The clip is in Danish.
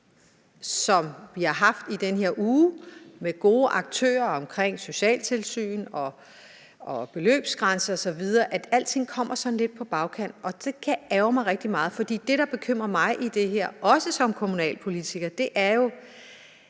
her uge har haft med gode aktører omkring socialtilsyn, beløbsgrænse osv., og af, at alting kommer sådan lidt på bagkant. Det kan ærgre mig rigtig meget, for det, der bekymrer mig ved det her, også som kommunalpolitiker, er jo,